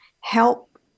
help